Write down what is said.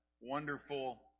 wonderful